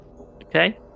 Okay